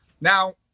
now